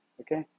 okay